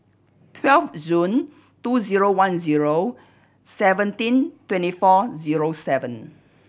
twelve June two zero one zero seventeen twenty four zero seven